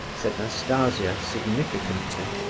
said nastasia, significantly.